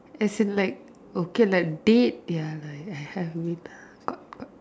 as in like okay lah date ya lah I have been got got